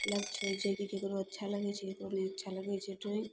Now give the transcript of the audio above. लक्ष्य होइ छै जे कि ककरो अच्छा लगय छै ककरो नहि अच्छा लगय छै ड्रॉइंग